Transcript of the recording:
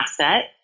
asset